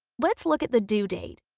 let's look at the due date.